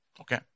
Okay